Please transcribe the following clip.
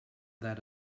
that